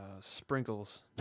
Sprinkles